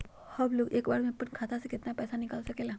हमलोग एक बार में अपना खाता से केतना पैसा निकाल सकेला?